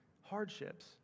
hardships